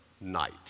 night